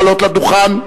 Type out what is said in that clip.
לעלות לדוכן.